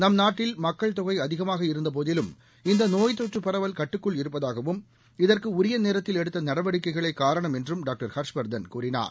நம் நாட்டில் மக்கள் தொகை அதிகமாக இருந்தபோதிலும் இந்த நோய் தொற்று பரவல் கட்டுக்குள் இருப்பதாகவும் இதற்கு உரிய நேரத்தில் எடுத்த நடவடிக்கைகளே காரணம் என்றும் டாக்டர் ஹர்ஷவர்தன் கூறினார்